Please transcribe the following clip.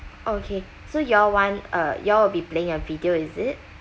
okay so you all want uh you all will be playing a video is it